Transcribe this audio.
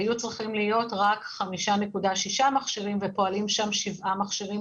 היו צריכים להיות רק 5.6 מכשירים ופועלים שם 7 מכשירים